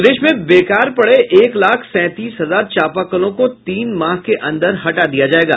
प्रदेश में बेकार पड़े एक लाख सैंतीस हजार चापाकलों को तीन माह के अंदर हटा दिया जायेगा